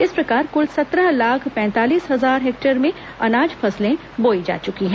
इस प्रकार कुल सत्रह लाख पैंतालीस हजार हेक्टेयर में अनाज फसलें बोयी जा चुकी है